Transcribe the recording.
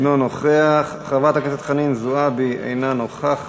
אינו נוכח, חברת הכנסת חנין זועבי, אינה נוכחת,